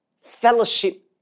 fellowship